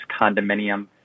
condominium